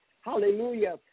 Hallelujah